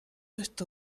esto